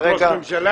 ברמת ראש הממשלה?